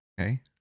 Okay